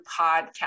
podcast